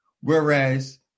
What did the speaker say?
Whereas